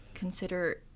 consider